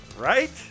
Right